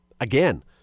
Again